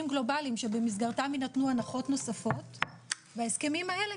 גלובאליים שבמסגרתם יינתנו הנחות נוספות וההסכמים האלה,